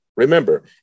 Remember